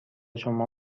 شما